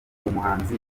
umuhanzi